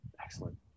Excellent